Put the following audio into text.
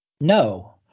No